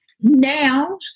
now